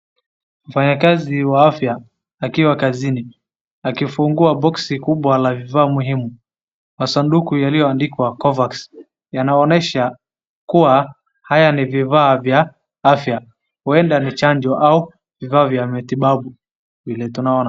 Mfanyikazi waw afya akiwa kazini akifungua boxi kubwa la vifaa muhimu, masanduku yaliyoandikwa Covax yanaonyesha kuwa haya nii vifaa vya afya, huenda ni chanjo au vifaa vya matibabu vile tunaona.